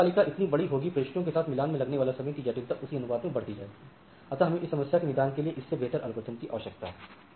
अग्रेषण तालिका जितनी बड़ी होगी प्रविष्टियों के साथ मिलान में लगने वाले समय की जटिलता उसी अनुपात में बढ़ती जाएगी अतः हमें इस समस्या के निदान के लिए इससे बेहतर एल्गोरिथ्म की आवश्यकता है